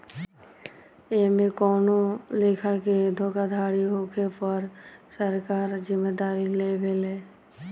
एमे कवनो लेखा के धोखाधड़ी होखे पर सरकार जिम्मेदारी लेवे ले